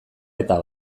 eta